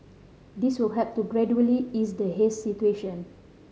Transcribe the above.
this will help to gradually ease the haze situation